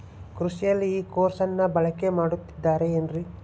ಕೃಷಿಯಲ್ಲಿ ಇ ಕಾಮರ್ಸನ್ನ ಬಳಕೆ ಮಾಡುತ್ತಿದ್ದಾರೆ ಏನ್ರಿ?